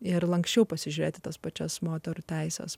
ir lanksčiau pasižiūrėti tas pačias moterų teises